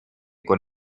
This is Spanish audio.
con